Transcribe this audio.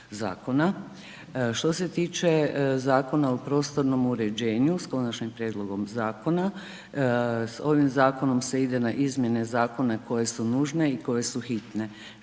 Što se tiče Zakona o prostornom uređenju s Konačnim prijedlogom zakona s ovim zakonom se ide na izmjene zakona koje su nužne i koje su hitne.